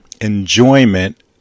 enjoyment